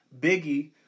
Biggie